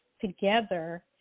together